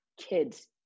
kids